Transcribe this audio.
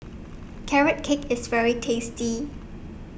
Carrot Cake IS very tasty